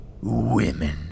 women